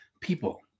people